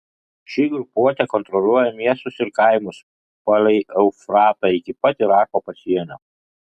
ši grupuotė kontroliuoja miestus ir kaimus palei eufratą iki pat irako pasienio